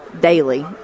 daily